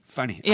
Funny